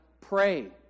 pray